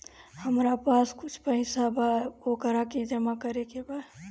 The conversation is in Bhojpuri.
हमरा पास कुछ पईसा बा वोकरा के जमा करे के बा?